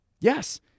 Yes